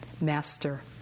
Master